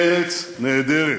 ארץ נהדרת.